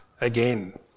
again